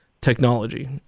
technology